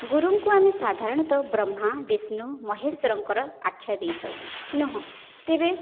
ଗୁରୁଙ୍କୁ ଆମେ ସାଧାରଣତଃ ବ୍ରହ୍ମା ବିଷ୍ଣୁ ମହେଶ୍ୱରଙ୍କର ଆଖ୍ୟା ଦେଇଥାଉ ନୁହଁ ତେବେ